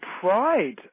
pride